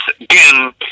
again